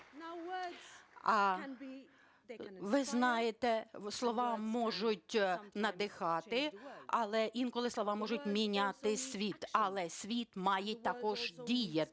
Ви знаєте, слова можуть надихати, але інколи слова можуть міняти світ. Але світ має також діяти,